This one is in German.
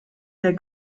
der